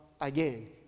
again